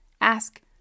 Ask